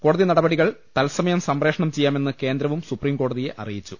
കോടതി നടപടികൾ തത്സമയം സംപ്രേഷണം ചെയ്യാമെന്ന് കേന്ദ്രവും സുപ്രീംകോടതിയെ അറിയിച്ചു